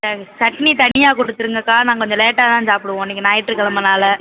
வேறு சட்னி தனியாக கொடுத்துருங்கக்கா நான் கொஞ்சம் லேட்டாக தான் சாப்பிடுவோம் இன்னைக்கு ஞாயிற்று கெழமனால